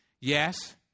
Yes